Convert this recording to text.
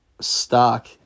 stock